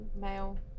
male